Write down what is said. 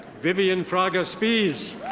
vivian fraga spees.